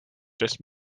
just